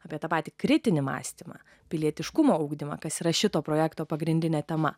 apie tą patį kritinį mąstymą pilietiškumo ugdymą kas yra šito projekto pagrindinė tema